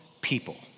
people